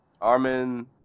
Armin